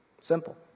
Simple